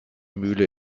mühle